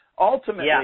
Ultimately